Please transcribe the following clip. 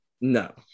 No